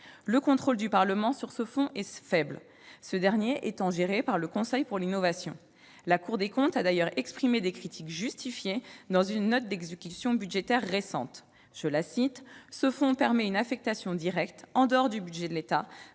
Le contrôle du Parlement sur ce fonds est faible, ce dernier étant géré par le Conseil de l'innovation. La Cour des comptes a d'ailleurs formulé des critiques justifiées dans une note d'exécution budgétaire récente : ce fonds permet « une affectation directe, en dehors du budget de l'État,